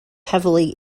heavily